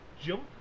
jump